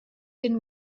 den